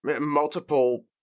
multiple